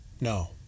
No